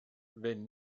wenn